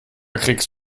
kriegst